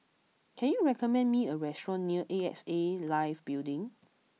can you recommend me a restaurant near A X A Life Building